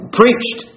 preached